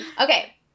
Okay